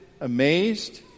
amazed